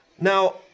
now